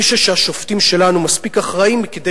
אני חושב שהשופטים שלנו מספיק אחראיים כדי